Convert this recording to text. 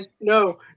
No